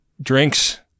drinks